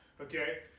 Okay